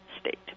state